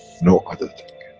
no other